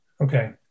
Okay